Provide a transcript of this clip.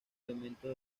elementos